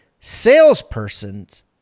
salespersons